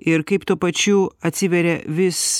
ir kaip tuo pačiu atsiveria vis